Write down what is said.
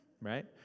right